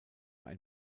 ein